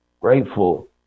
grateful